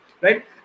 right